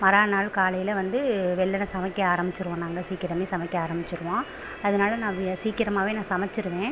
மறு நாள் காலையில் வந்து வெல்லன சமைக்க ஆரமிச்சுருவோம் நாங்கள் சீக்கிரமே சமைக்க ஆரமிச்சுருவோம் அதனால நான் வி சீக்கிரமாகவே நான் சமச்சுருவேன்